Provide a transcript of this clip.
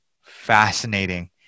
fascinating